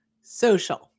social